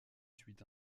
suit